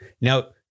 Now